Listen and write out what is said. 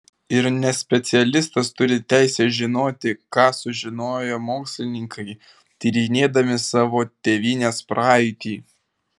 ir nespecialistas turi teisę žinoti ką sužinojo mokslininkai tyrinėdami savo tėvynės praeitį